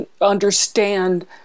understand